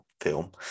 film